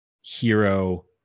hero